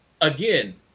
again